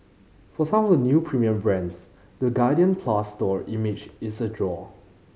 for some of the new premium brands the Guardian Plus store image is a draw